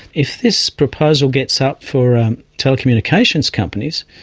if this proposal gets up for telecommunications companies,